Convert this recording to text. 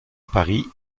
paris